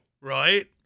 Right